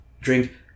Drink